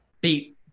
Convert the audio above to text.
beat